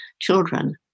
children